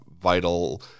vital